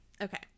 okay